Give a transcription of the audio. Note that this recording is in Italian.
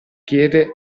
piede